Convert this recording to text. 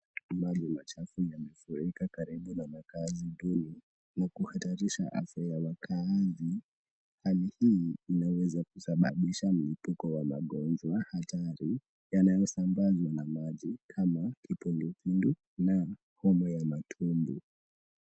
Maji machafu yamefurika karibu na makaazi duni ya kuhatarisha afya ya wakaazi, hali hii inaweza kusababisha mlipuko wa magonjwa hatari yabayosambazwa na maji kama vile kipindupindu na homa ya matumbo.